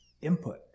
input